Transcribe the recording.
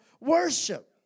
worship